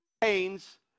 pains